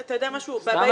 סתם.